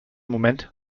moment